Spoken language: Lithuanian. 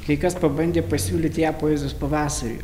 kai kas pabandė pasiūlyti ją poezijos pavasariui